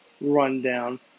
rundown